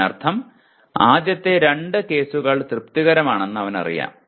ഇതിനർത്ഥം ആദ്യത്തെ രണ്ട് കേസുകൾ തൃപ്തികരമാണെന്ന് അവനറിയാം